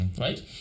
Right